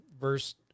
verse